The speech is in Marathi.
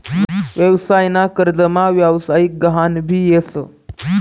व्यवसाय ना कर्जमा व्यवसायिक गहान भी येस